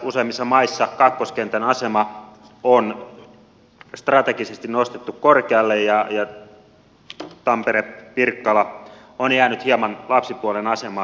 useimmissa maissa kakkoskentän asema on strategisesti nostettu korkealle ja tampere pirkkala on jäänyt hieman lapsipuolen asemaan